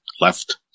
left